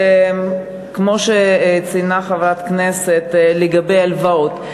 כמו שציינה חברת הכנסת לגבי הלוואות,